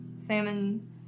Salmon